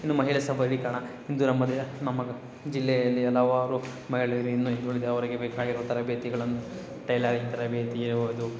ಇನ್ನು ಮಹಿಳಾ ಸಬಲೀಕರಣ ಇಂದು ನಮ್ಮದೇ ನಮ್ಮ ಜಿಲ್ಲೆಯಲ್ಲಿ ಹಲವಾರು ಮಹಿಳೆಯರು ಇನ್ನು ಹಿಂದುಳಿದವರಿಗೆ ಬೇಕಾಗಿರೋ ತರಬೇತಿಗಳನ್ನು ಟೈಲರಿಂಗ್ ತರಬೇತಿ ಇರಬೋದು